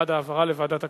בעד העברה לוועדת הכלכלה.